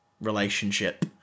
relationship